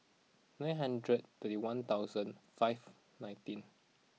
nine hundred thirty one thousand five nineteen